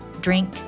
drink